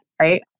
right